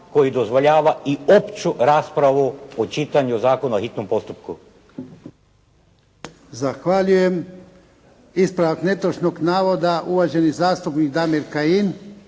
koji dozvoljava i opću raspravu o čitanju zakona o hitnom postupku.